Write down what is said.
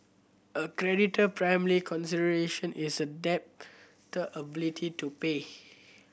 a creditor primary consideration is a debtor ability to pay